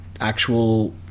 actual